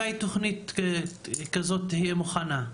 מתי תכנית כזו תהיה מוכנה?